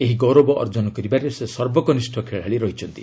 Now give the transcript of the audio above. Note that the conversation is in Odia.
ଏହି ଗୌରବ ଅର୍ଜନ କରିବାରେ ସେ ସର୍ବକନିଷ୍ଠ ଖେଳାଳି ରହିଛନ୍ତି